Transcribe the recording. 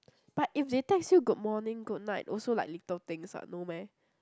but if they text you good morning goodnight also like little things [what] no meh